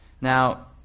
Now